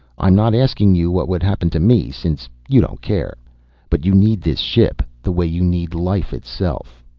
i'm not asking you what would happen to me, since you don't care but you need this ship the way you need life itself.